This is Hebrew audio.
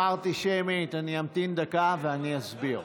אני אמתין דקה ואני אסביר.